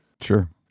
Sure